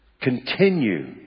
Continue